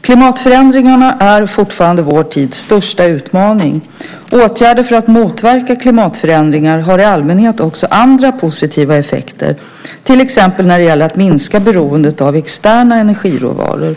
Klimatförändringarna är fortfarande vår tids största utmaning. Åtgärder för att motverka klimatförändringar har i allmänhet också andra positiva effekter, exempelvis när det gäller att minska beroendet av externa energiråvaror.